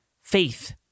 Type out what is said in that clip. faith